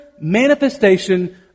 manifestation